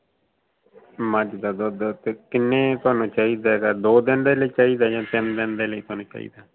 ਮੱਝ ਦਾ ਦੁੱਧ ਅਤੇ ਕਿੰਨੇ ਤੁਹਾਨੂੰ ਚਾਹੀਦਾ ਹੈਗਾ ਦੋ ਦਿਨ ਦੇ ਲਈ ਚਾਹੀਦਾ ਜਾਂ ਤਿੰਨ ਦਿਨ ਦੇ ਲਈ ਤੁਹਾਨੂੰ ਚਾਹੀਦਾ